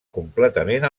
completament